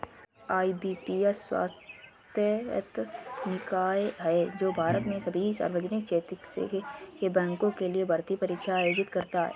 IBPS स्वायत्त निकाय है जो भारत में सभी सार्वजनिक क्षेत्र के बैंकों के लिए भर्ती परीक्षा आयोजित करता है